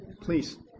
Please